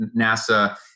NASA